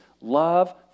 love